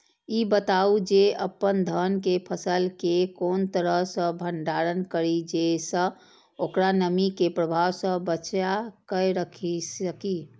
ई बताऊ जे अपन धान के फसल केय कोन तरह सं भंडारण करि जेय सं ओकरा नमी के प्रभाव सं बचा कय राखि सकी?